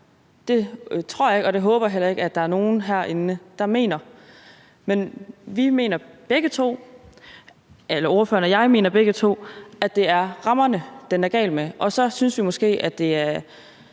Det tror jeg ikke og det håber jeg heller ikke at der er nogen herinde der mener. Ordføreren og jeg mener begge to, at det er rammerne, den er gal med, og så synes vi måske, at det er